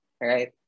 right